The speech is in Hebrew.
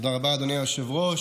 תודה רבה, אדוני היושב-ראש.